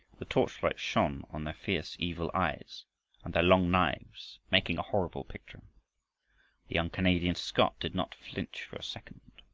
the torchlight shone on their fierce evil eyes and their long knives, making a horrible picture. the young canadian scot did not flinch for a second.